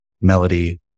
melody